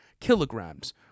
kilograms